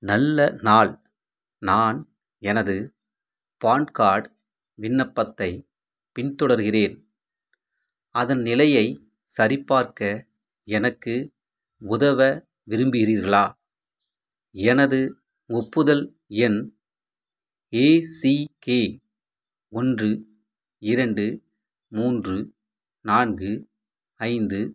நல்ல நாள் நான் எனது பான் கார்ட் விண்ணப்பத்தைப் பின்தொடர்கிறேன் அதன் நிலையை சரிபார்க்க எனக்கு உதவ விரும்புகிறீர்களா எனது ஒப்புதல் எண் ஏ சி கே ஒன்று இரண்டு மூன்று நான்கு ஐந்து